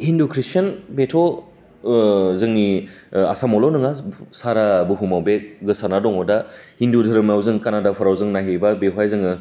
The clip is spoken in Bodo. हिन्दु खृस्टान बेथ' जोंनि आसामावल' नङा सारा बुहुमाव बे गोसारना दं दा हिन्दु धोरोमाव जों कानाडाफ्राव जों नाहैबा बेवहाय जोङो